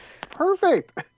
perfect